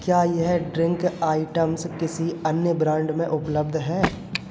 क्या यह drink items किसी अन्य ब्रांड में उपलब्ध है